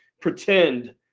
pretend